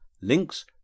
Links